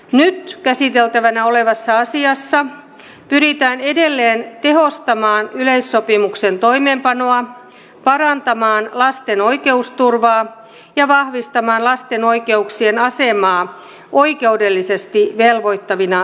nyt käsiteltävänä olevassa asiassa pyritään edelleen tehostamaan yleissopimuksen toimeenpanoa parantamaan lasten oikeusturvaa ja vahvistamaan lasten oikeuksien asemaa oikeudellisesti velvoittavina ihmisoikeuksina